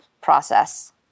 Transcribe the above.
process